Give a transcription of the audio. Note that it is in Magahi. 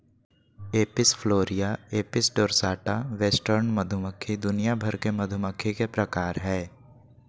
Apis florea, apis dorsata, western मधुमक्खी दुनिया भर के मधुमक्खी के प्रकार हय